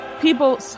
people